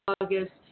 August